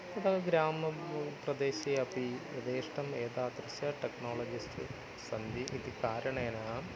ततः ग्रामं प्रदेशे अपि यथेष्टम् एतादृशं टेक्नाळजिस्ट् सन्ति इति कारणेन